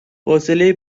حوصله